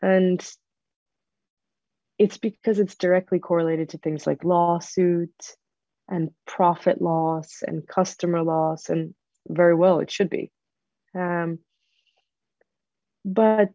and it's because it's directly correlated to things like lawsuit and profit loss and customer loss and very well it should be